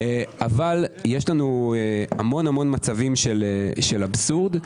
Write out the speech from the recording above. אבל יש לנו המון מצבים של אבסורד.